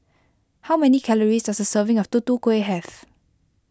how many calories does a serving of Tutu Kueh have